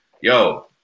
Yo